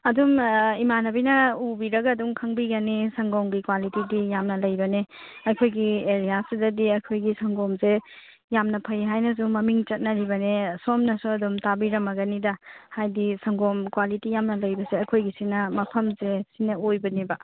ꯑꯗꯨꯝ ꯏꯃꯥꯟꯅꯕꯤꯅ ꯎꯕꯤꯔꯒ ꯑꯗꯨꯝ ꯈꯪꯕꯤꯒꯅꯤ ꯁꯪꯒꯣꯝꯒꯤ ꯀ꯭ꯋꯥꯂꯤꯇꯤꯗꯤ ꯌꯥꯝꯅ ꯂꯩꯕꯅꯦ ꯑꯩꯈꯣꯏꯒꯤ ꯑꯦꯔꯤꯌꯥꯁꯤꯗꯗꯤ ꯑꯩꯈꯣꯏꯒꯤ ꯁꯪꯒꯣꯝꯁꯦ ꯌꯥꯝꯅ ꯐꯩ ꯍꯥꯏꯅꯁꯨ ꯃꯃꯤꯡ ꯆꯠꯅꯔꯤꯕꯅꯦ ꯁꯣꯝꯅꯁꯨ ꯑꯗꯨꯝ ꯇꯥꯕꯤꯔꯝꯃꯒꯅꯤꯗ ꯍꯥꯏꯗꯤ ꯁꯪꯒꯣꯝ ꯀ꯭ꯋꯥꯂꯤꯇꯤ ꯌꯥꯝꯅ ꯂꯩꯕꯁꯦ ꯑꯩꯈꯣꯏꯒꯤꯁꯤꯅ ꯃꯐꯝꯁꯦ ꯁꯤꯅ ꯑꯣꯏꯕꯅꯦꯕ